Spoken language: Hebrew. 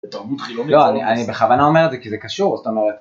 לא, אני בכוונה אומר את זה כי זה קשור, זאת אומרת...